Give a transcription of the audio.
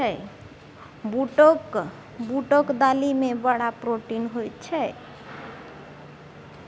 बूटक दालि मे बड़ प्रोटीन होए छै